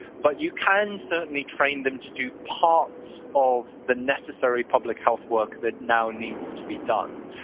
but you can certainly train them to do parts of the necessary public health work that now needs to be done.